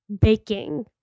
baking